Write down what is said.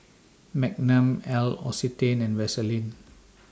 Magnum L'Occitane and Vaseline